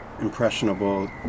impressionable